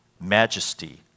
majesty